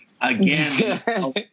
again